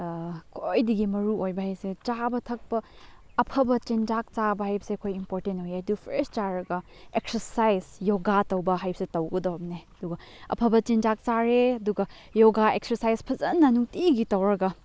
ꯈ꯭ꯋꯥꯏꯗꯒꯤ ꯃꯔꯨꯑꯣꯏꯕ ꯍꯥꯏꯁꯦ ꯆꯥꯕ ꯊꯛꯄ ꯑꯐꯕ ꯆꯤꯟꯖꯥꯛ ꯆꯥꯕ ꯍꯥꯏꯕꯁꯦ ꯑꯩꯈꯣꯏ ꯏꯝꯄꯣꯔꯇꯦꯟ ꯑꯣꯏꯌꯦ ꯑꯗꯨ ꯐ꯭ꯔꯦꯁ ꯆꯥꯔꯒ ꯑꯦꯛꯁꯔꯁꯥꯏꯁ ꯌꯣꯒꯥ ꯇꯧꯕ ꯍꯥꯏꯕꯁꯦ ꯇꯧꯒꯗꯕꯅꯦ ꯑꯗꯨꯒ ꯑꯐꯕ ꯆꯤꯟꯖꯥꯛ ꯆꯥꯔꯦ ꯑꯗꯨꯒ ꯌꯣꯒꯥ ꯑꯦꯛꯁꯔꯁꯥꯏꯁ ꯐꯖꯅ ꯅꯨꯡꯇꯤꯒꯤ ꯇꯧꯔꯒ